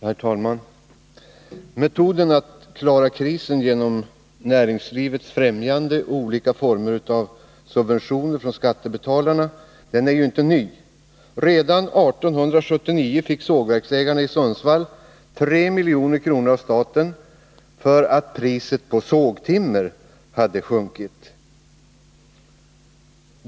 Herr talman! Metoden att klara krisen genom ”näringslivets främjande” och genom olika former av subventioner från skattebetalarna är inte ny. Redan 1879 fick sågverksägarna i Sundsvall 3 milj.kr. av staten för att priset på sågtimmer hade sjunkit.